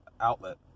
outlet